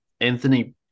Anthony